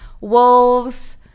wolves